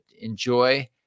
enjoy